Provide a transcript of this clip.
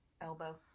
Elbow